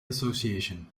association